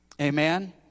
Amen